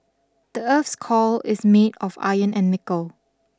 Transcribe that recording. the earth's core is made of iron and nickel